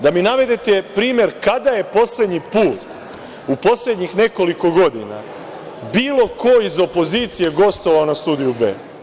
Da mi navedete primer kada je poslednji put u poslednjih nekoliko godina bilo ko iz opozicije gostovao na Studiju B?